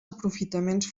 aprofitaments